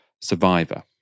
Survivor